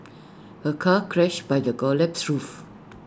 A car crushed by the collapsed roof